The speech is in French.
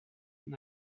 non